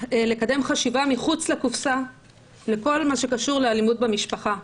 לקדם חשיבה מחוץ לקופסה בכל מה שקשור באלימות במשפחה.